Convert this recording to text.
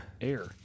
Air